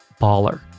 baller